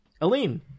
Aline